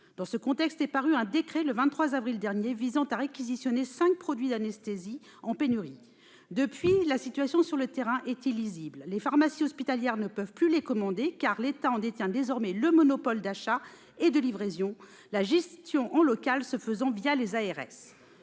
Dans ce contexte est paru, le 23 avril dernier, un décret visant à réquisitionner cinq produits d'anesthésie en pénurie. Depuis lors, la situation sur le terrain est illisible. Les pharmacies hospitalières ne peuvent plus commander ces produits, puisque l'État en détient désormais le monopole d'achat et de livraison, la gestion en local se faisant les ARS.